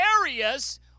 areas